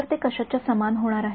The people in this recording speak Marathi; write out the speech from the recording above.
तर ते कशाच्या समान होणार आहे